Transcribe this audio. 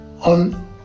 on